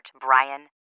Brian